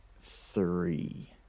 three